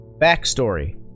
backstory